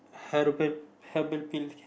herbal herbal peel